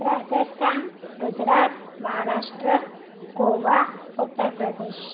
Rajasthan Gujarat Maharashtra Goa Uttar Pradesh